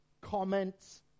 comments